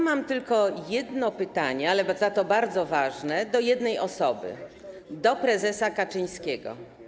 Mam tylko jedno pytanie, ale za to bardzo ważne - do jednej osoby: do prezesa Kaczyńskiego.